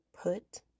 Put